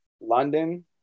london